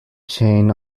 chain